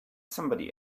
somebody